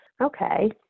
Okay